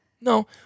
No